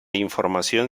información